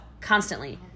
constantly